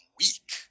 weak